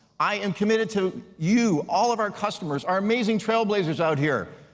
i am committed to you, all of our customers, our amazing trailblazers out here.